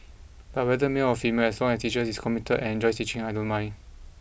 but whether male or female as long as teacher is committed and enjoys teaching I don't mind